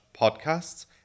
podcasts